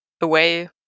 away